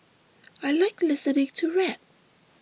I like listening to rap